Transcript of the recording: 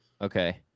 Okay